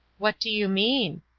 what do you mean?